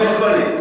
זה מספרים.